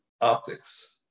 optics